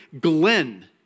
Glenn